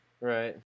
Right